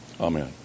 Amen